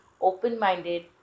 open-minded